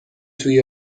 توی